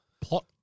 plot